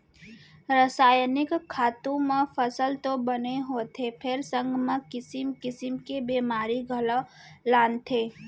रसायनिक खातू म फसल तो बने होथे फेर संग म किसिम किसिम के बेमारी घलौ लानथे